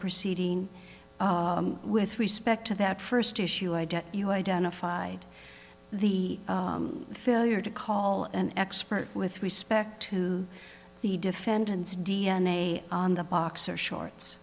proceeding with respect to that first issue idea you identified the failure to call an expert with respect to the defendant's d n a on the boxer shorts